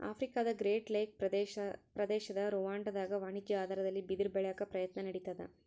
ಆಫ್ರಿಕಾದಗ್ರೇಟ್ ಲೇಕ್ ಪ್ರದೇಶದ ರುವಾಂಡಾದಾಗ ವಾಣಿಜ್ಯ ಆಧಾರದಲ್ಲಿ ಬಿದಿರ ಬೆಳ್ಯಾಕ ಪ್ರಯತ್ನ ನಡಿತಾದ